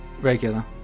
regular